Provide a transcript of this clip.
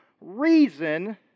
reason